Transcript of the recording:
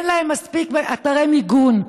אין להם מספיק אתרי מיגון.